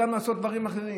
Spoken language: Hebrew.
שיעשה גם דברים אחרים.